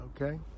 okay